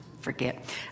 forget